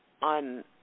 on